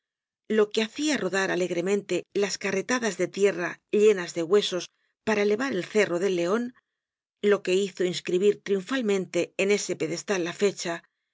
lo que hacia rodar alegremente las carretadas de tierra llenas de huesos para elevar el cerro del leon lo que hizo inscribir triunfalmente en ese pedestal la fecha que